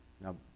Now